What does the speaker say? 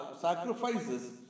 sacrifices